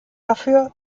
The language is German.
dafür